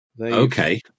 Okay